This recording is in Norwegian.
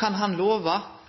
kan han